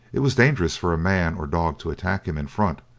it was dangerous for man or dog to attack him in front,